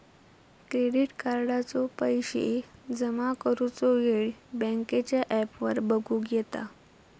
credit कार्डाचो पैशे जमा करुचो येळ बँकेच्या ॲपवर बगुक येता